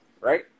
right